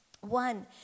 one